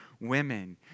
women